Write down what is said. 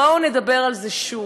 בואו נדבר על זה שוב.